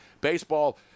Baseball